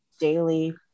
daily